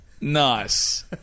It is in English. Nice